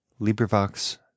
librivox